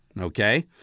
okay